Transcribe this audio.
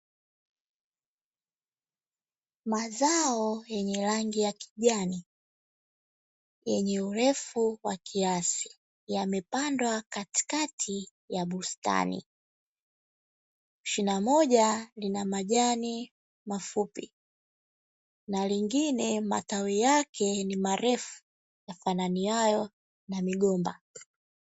Mazao yenye rangi ya kijani yenye urefu wa kiasi, yamepandwa katikati ya bustani, shina moja lina majani mafupi na lingine matawi yake ni marefu yafananiayo na migomba.